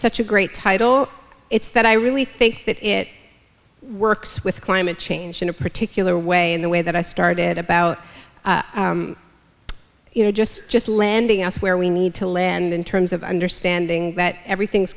such a great title it's that i really think that it works with climate change in a particular way in the way that i started about you know just just lending us where we need to land in terms of understanding that everything's